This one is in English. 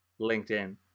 LinkedIn